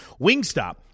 Wingstop